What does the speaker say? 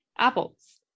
Apples